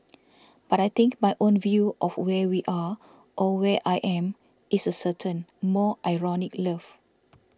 but I think my own view of where we are or where I am is a certain more ironic love